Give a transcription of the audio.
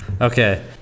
Okay